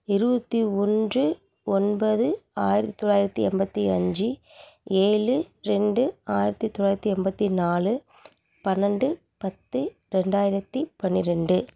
இருபத்தி ஒன்று ஒன்பது ஆயிரத்து தொள்ளாயிரத்தி எண்பத்தி அஞ்சு ஏழு ரெண்டு ஆயிரத்து தொள்ளாயிரத்தி எண்பத்தி நாலு பன்னெண்டு பத்து ரெண்டாயிரத்து பன்னிரெண்டு